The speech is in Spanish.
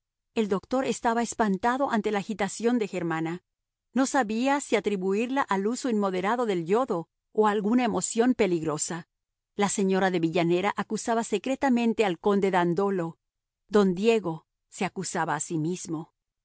el doctor estaba espantado ante la agitación de germana no sabía si atribuirla al uso inmoderado del yodo o a alguna emoción peligrosa la señora de villanera acusaba secretamente al conde dandolo don diego se acusaba a sí mismo